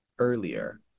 earlier